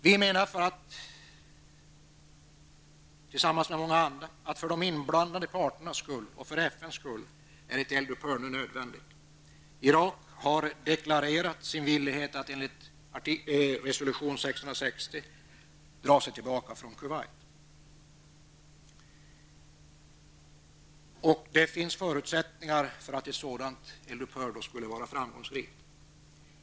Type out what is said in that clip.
Vi menar, tillsammans med många andra, att ett eldupphör är nödvändigt för de inblandade parternas skull och för FNs skull. Irak har deklarerat sin villighet att enligt resolution 660 dra sig tillbaka från Kuwait. Det finns förutsättningar för att ett sådant eldupphör skulle vara framgångsrikt.